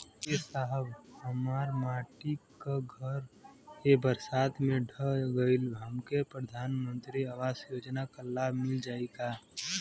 ए साहब हमार माटी क घर ए बरसात मे ढह गईल हमके प्रधानमंत्री आवास योजना क लाभ मिल जाई का?